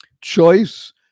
Choice